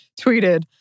tweeted